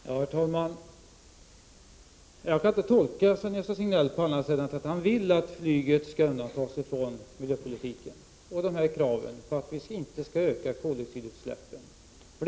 Herr talman! Jag kan inte tolka Sven-Gösta Signell på annat sätt än att han vill att flyget skall undantas från miljöpolitiken och kraven att inte öka koldioxidutsläppen m.m.